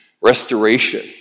restoration